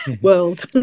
World